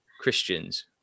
christians